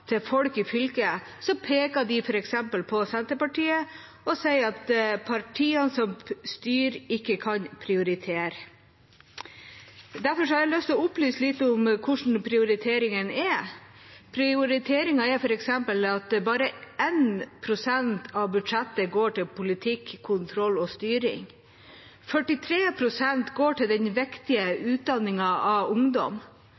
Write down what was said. til folk i fylket, peker de f.eks. på Senterpartiet og sier at partiene som styrer, ikke kan prioritere. Derfor har jeg lyst til å opplyse litt om hvordan prioriteringen er. Prioriteringen er f.eks. slik: Bare 1 pst. av budsjettet går til politikk, kontroll og styring. 43 pst. går til den viktige